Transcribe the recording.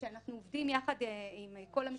אנחנו עובדים יחד עם כל המשרדים,